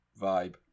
vibe